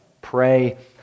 Pray